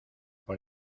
por